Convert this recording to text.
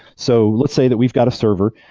so let's say that we've got a server,